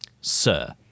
Sir